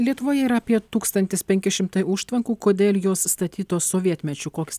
lietuvoje yra apie tūkstantis penki šimtai užtvankų kodėl jos statytos sovietmečiu koks